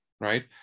right